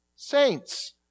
Saints